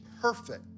perfect